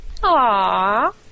Aww